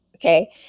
Okay